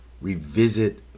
revisit